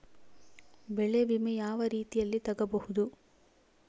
ಬೆಳೆ ವಿಮೆ ಯಾವ ರೇತಿಯಲ್ಲಿ ತಗಬಹುದು?